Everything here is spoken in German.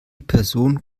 person